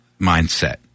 mindset